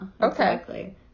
Okay